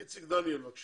איציק דניאל, בבקשה.